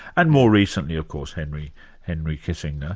and more recently of course henry henry kissinger.